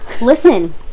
Listen